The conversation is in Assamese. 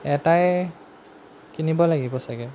এটাই কিনিব লাগিব চাগে